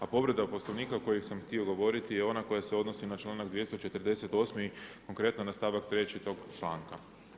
A povreda Poslovnika o kojoj sam htio govoriti, je ona koja se odnosi na čl. 248. konkretno na stavak 3 tog članak.